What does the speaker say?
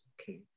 Okay